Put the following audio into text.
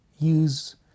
use